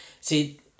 See